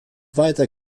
weiter